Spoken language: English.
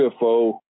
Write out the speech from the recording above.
UFO